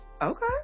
Okay